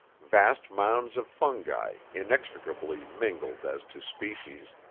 vast mounds of fungi inextricably mingled as to species,